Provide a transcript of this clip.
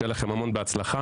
שיהיה לכם המון בהצלחה,